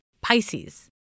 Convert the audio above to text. Pisces